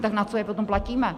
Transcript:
Tak na co je potom platíme?